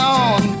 on